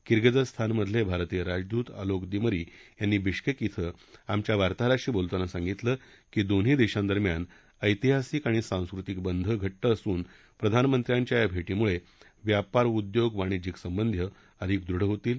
किर्गिझीस्तानमधले भारतीय राजदूत अलोक दिमरी यांनी विश्केश िंग आमच्या वार्ताहराशी बोलताना सांगितलं की दोन्ही देशांदरम्यान ऐतिहासिक आणि सांस्कृतिक बंध घट्ट असून प्रधानमंत्र्यांच्या या भेटीमुळे व्यापार उद्योग वाणिज्यिक संबंध अधिक दृढ होतील